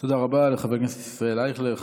תודה רבה לחבר הכנסת ישראל אייכלר.